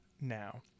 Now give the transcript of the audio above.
now